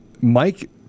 Mike